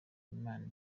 imana